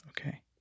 okay